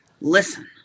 Listen